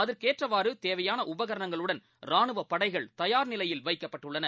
அதற்கேற்றவாறுதேவையானஉபகரணங்களுடன் ரானுவப்படைகள் தயார்நிலையில் வைக்கப்பட்டுள்ளன